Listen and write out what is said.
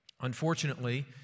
Unfortunately